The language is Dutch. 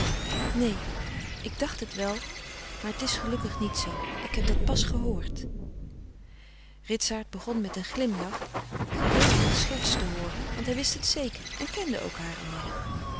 nee ik dacht het wel maar t is gelukkig niet zoo ik heb dat pas gehoord ritsaart begon met een glimlach gereed een scherts te hooren want hij wist het zeker en kende ook haren man